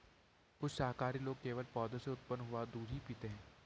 कुछ शाकाहारी लोग केवल पौधों से उत्पन्न हुआ दूध ही पीते हैं